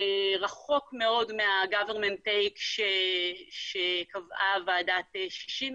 זה רחוק מאוד מה-government take שקבעה ועדת ששינסקי,